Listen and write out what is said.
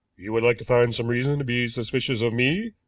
you would like to find some reason to be suspicious of me?